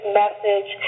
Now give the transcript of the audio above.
message